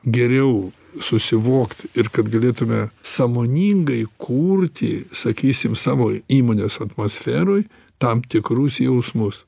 geriau susivokt ir kad galėtume sąmoningai kurti sakysim savo įmonės atmosferoj tam tikrus jausmus